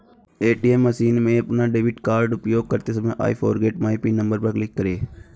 ATM machine में अपना debit card उपयोग करते समय I forget my PIN number पर क्लिक करें